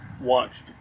watched